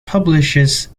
publishes